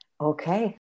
okay